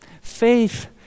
Faith